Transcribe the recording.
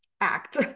Act